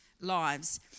lives